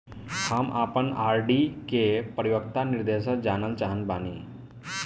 हम आपन आर.डी के परिपक्वता निर्देश जानल चाहत बानी